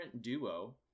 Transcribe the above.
duo